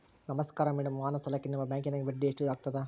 ನಮಸ್ಕಾರ ಮೇಡಂ ವಾಹನ ಸಾಲಕ್ಕೆ ನಿಮ್ಮ ಬ್ಯಾಂಕಿನ್ಯಾಗ ಬಡ್ಡಿ ಎಷ್ಟು ಆಗ್ತದ?